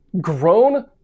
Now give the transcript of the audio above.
Grown